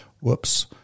whoops